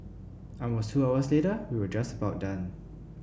almost two hours later we were just about done